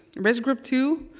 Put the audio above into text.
risk group two,